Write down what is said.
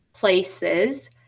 places